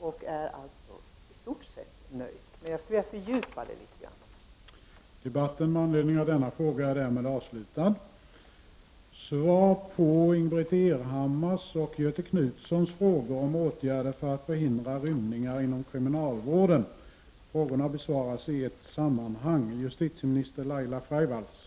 Jag är i stort sett nöjd med svaret, men jag skulle ha velat fördjupa resonemanget litet grand.